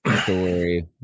story